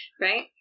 right